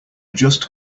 just